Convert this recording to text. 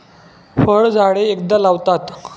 फळझाडे एकदा लावतात